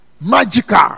magical